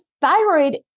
Thyroid